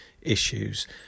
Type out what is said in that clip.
issues